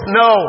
no